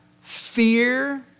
fear